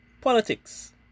politics